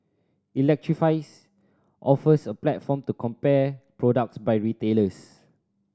electrifies offers a platform to compare products by retailers